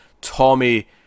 Tommy